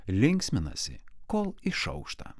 linksminasi kol išaušta